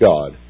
God